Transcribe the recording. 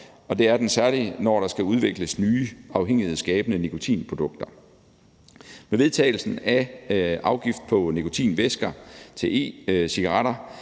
og det er den særlig, når der skal udvikles nye afhængighedsskabende nikotinprodukter. Med vedtagelsen af afgift på nikotinvæsker til e-cigaretter